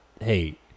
hey